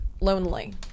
lonely